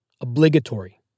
obligatory